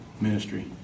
ministry